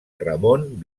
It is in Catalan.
ramon